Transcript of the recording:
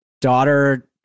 daughter